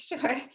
Sure